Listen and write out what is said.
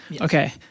Okay